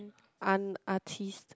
an artist